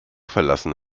verlassen